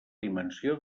dimensió